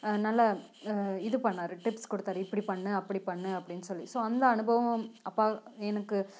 நல்ல இது பண்ணார் டிப்ஸ் கொடுத்தாரு இப்படி பண்ணு அப்படி பண்ணு அப்படின்னு சொல்லி ஸோ அந்த அனுபவம் அப்பா எனக்கு